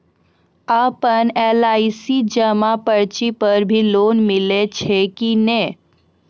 आपन एल.आई.सी जमा पर्ची पर भी लोन मिलै छै कि नै?